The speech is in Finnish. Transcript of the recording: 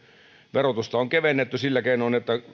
verotusta on kevennetty sillä keinoin että